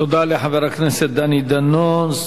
תודה לחבר הכנסת דני דנון.